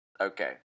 Okay